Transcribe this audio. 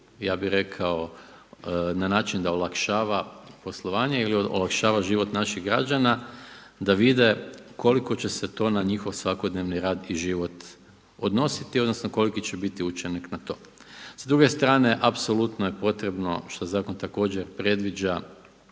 ja bih rekao na način da olakšava poslovanje ili olakšava život naših građana, da vide koliko će se to na njihov svakodnevni rad i život odnositi, odnosno koliki će biti učinak na to. S druge strane apsolutno je potrebno što zakon također predviđa